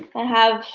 i have